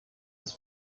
des